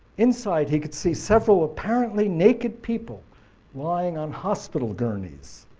inside he could see several apparently naked people lying on hospital gurneys.